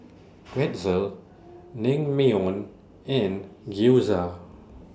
Pretzel Naengmyeon and Gyoza